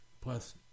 Plus